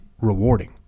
rewarding